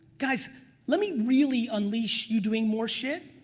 guys let me really unleash you doing more shit.